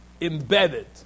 embedded